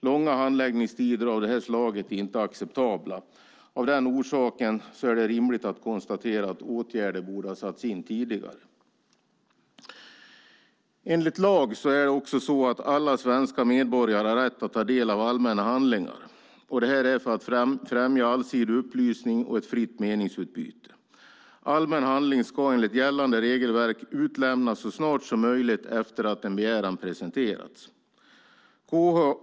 Långa handläggningstider av detta slag är inte acceptabla. Av den orsaken är det rimligt att konstatera att åtgärder borde ha satts in tidigare. Enligt lag har alla svenska medborgare rätt att ta del av allmänna handlingar, detta för att främja allsidig upplysning och ett fritt meningsutbyte. Allmän handling ska enligt gällande regelverk utlämnas så snart som möjligt efter att en begäran presenterats.